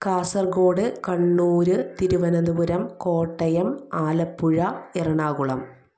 Kasaragod Kannur Thiruvananthapuram Kottayam Alappuzha Ernakulam